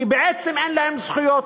כי בעצם אין להם זכויות.